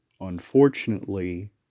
unfortunately